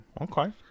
okay